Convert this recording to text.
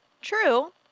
True